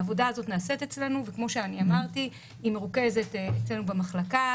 העבודה הזאת נעשית אצלנו וכפי שאמרתי היא מרוכזת אצלנו במחלקה